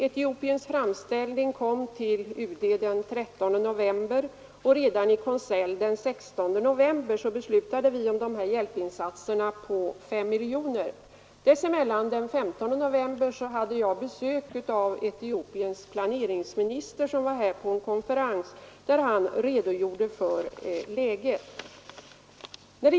Etiopiens framställning kom till UD den 13 november, och redan i konselj den 16 Nr 144 november beslutade vi om hjälpinsatserna på 5 miljoner. Dessemellan, Måndagen den den 15 november, hade jag besök av Etiopiens planeringsminister, som 3 december 1973 var här på en konferens. Han redogjorde då för läget.